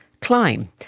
climb